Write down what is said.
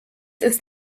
ist